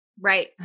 Right